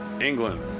England